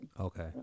Okay